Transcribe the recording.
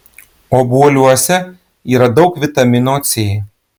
obuoliuose yra daug vitamino c